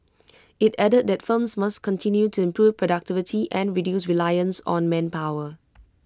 IT added that firms must continue to improve productivity and reduce reliance on manpower